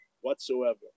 whatsoever